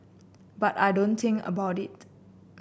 but I don't think about it